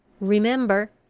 remember!